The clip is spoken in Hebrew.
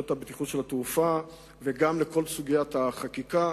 הבטיחות של התעופה וגם לכל סוגיית החקיקה,